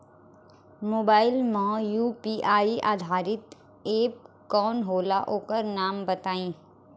Mobile म UPI आधारित app कौन होला ओकर नाम बताईं?